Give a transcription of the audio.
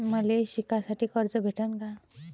मले शिकासाठी कर्ज भेटन का?